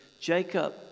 Jacob